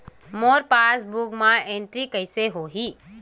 मोर passbook मा entry कइसे होही?